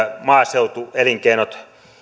maaseutuelinkeinot